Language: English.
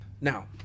now